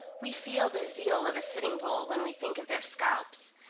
we feel the zeal of a sitting bull when we think of their scalps.